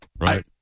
right